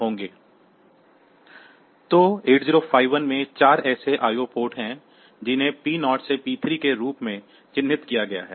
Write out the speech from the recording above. तो 8051 में 4 ऐसे IO पोर्ट हैं जिन्हें P0 से P3 के रूप में चिह्नित किया गया है